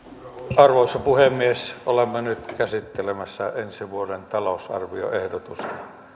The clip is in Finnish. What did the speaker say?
arvoisa puhemies olemme nyt käsittelemässä ensi vuoden talousarvioehdotusta